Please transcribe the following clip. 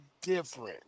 different